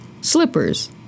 Slippers